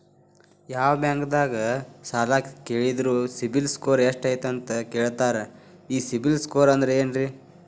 ಯಾವ ಬ್ಯಾಂಕ್ ದಾಗ ಸಾಲ ಕೇಳಿದರು ಸಿಬಿಲ್ ಸ್ಕೋರ್ ಎಷ್ಟು ಅಂತ ಕೇಳತಾರ, ಈ ಸಿಬಿಲ್ ಸ್ಕೋರ್ ಅಂದ್ರೆ ಏನ್ರಿ?